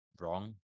wrong